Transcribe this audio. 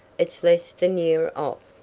it's less than year off.